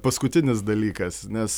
paskutinis dalykas nes